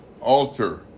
altar